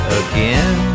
again